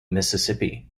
mississippi